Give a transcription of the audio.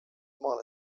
maale